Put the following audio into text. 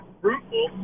fruitful